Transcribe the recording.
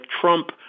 Trump